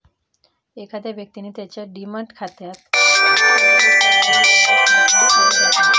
एखाद्या व्यक्तीने त्याच्या डिमॅट खात्यात ठेवलेले स्टॉक दररोज बाजारात चिन्हांकित केले जातात